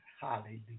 Hallelujah